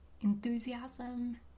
enthusiasm